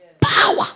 Power